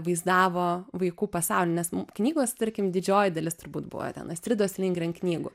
vaizdavo vaikų pasaulį nes knygos tarkim didžioji dalis turbūt buvo ten astridos lingren knygų